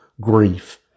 grief